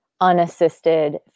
unassisted